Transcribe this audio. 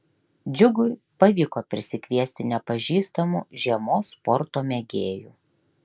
džiugui pavyko prisikviesti nepažįstamų žiemos sporto mėgėjų